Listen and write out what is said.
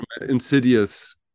Insidious